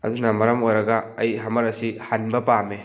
ꯑꯗꯨꯅ ꯃꯔꯝ ꯑꯣꯏꯔꯒ ꯑꯩ ꯍꯝꯃꯔ ꯑꯁꯤ ꯍꯟꯕ ꯄꯥꯝꯃꯦ